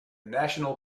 national